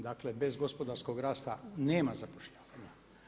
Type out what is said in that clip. Dakle, bez gospodarskog rasta nema zapošljavanja.